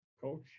Coach